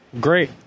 Great